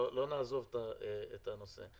נעזוב את הנושא.